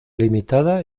limitada